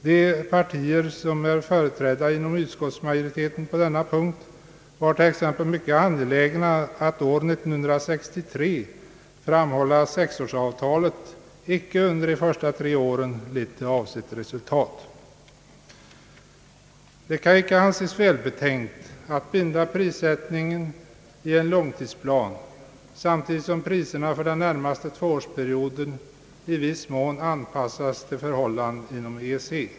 De partier som är företrädda inom utskottsmajoriteten på denna punkt var t.ex. mycket angelägna att år 1963 framhålla att sexårsavtalet icke under de första tre åren lett till avsett resultat. Det kan icke anses välbetänkt att binda prissättningen i en långtidsplan samtidigt som priserna för den närmaste tvåårsperioden i viss mån anpassas till förhållandet inom EEC.